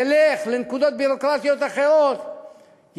ילך לנקודות ביורוקרטיות אחרות,